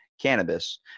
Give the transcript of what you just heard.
cannabis